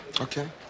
Okay